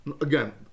Again